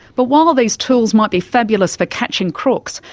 but while these tools might be fabulous for catching crooks,